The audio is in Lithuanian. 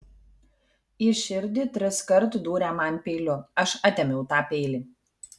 į širdį triskart dūrė man peiliu aš atėmiau tą peilį